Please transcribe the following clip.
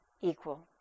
equal